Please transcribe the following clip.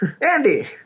Andy